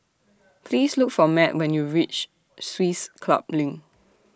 Please Look For Matt when YOU REACH Swiss Club LINK